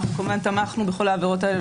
אנחנו כמובן תמכנו בכל העבירות האלו,